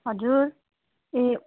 हजुर ए